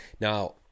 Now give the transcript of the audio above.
Now